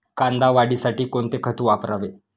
कांदा वाढीसाठी कोणते खत वापरावे?